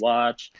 Watch